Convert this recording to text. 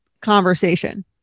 conversation